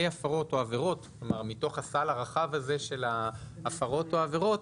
הפרות או עבירות מתוך הסל הרחב הזה של ההפרות או העבירות,